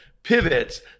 pivots